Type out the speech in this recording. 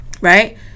Right